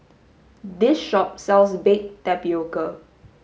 this shop sells baked tapioca